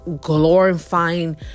glorifying